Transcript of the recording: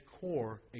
core